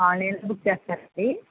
online లో book చేస్తారా అండి